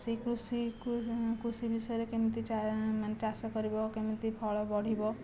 ସେହି କୃଷିକୁ କୃଷି ବିଷୟରେ କେମିତି ମାନେ ଚାଷ କରିବ କେମିତି ଫଳ ବଢ଼ିବ